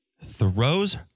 throws